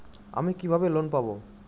আমি কিভাবে লোন পাব?